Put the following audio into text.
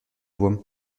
voix